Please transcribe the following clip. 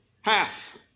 half